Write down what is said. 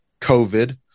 COVID